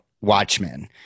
Watchmen